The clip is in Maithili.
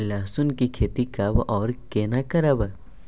लहसुन की खेती कब आर केना करबै?